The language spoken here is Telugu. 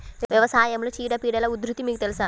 వ్యవసాయంలో చీడపీడల ఉధృతి మీకు తెలుసా?